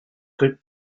good